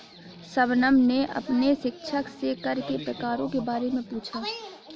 शबनम ने अपने शिक्षक से कर के प्रकारों के बारे में पूछा